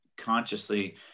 Consciously